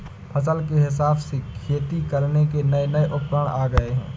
फसल के हिसाब से खेती करने के नये नये उपकरण आ गये है